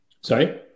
Sorry